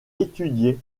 étudié